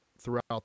throughout